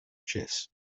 chess